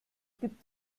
gibt